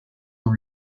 were